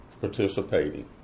participating